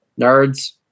Nerds